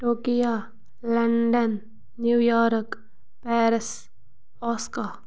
Tokyo London New York Paris آسکا